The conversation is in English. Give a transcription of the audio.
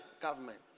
government